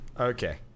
Okay